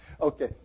Okay